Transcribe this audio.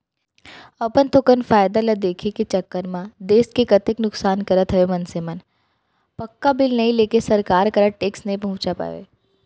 अपन थोकन फायदा ल देखे के चक्कर म देस के कतेक नुकसान करत हवय मनसे मन ह पक्का बिल नइ लेके सरकार करा टेक्स नइ पहुंचा पावय